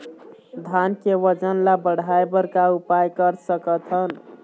धान के वजन ला बढ़ाएं बर का उपाय कर सकथन?